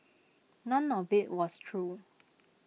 none of IT was true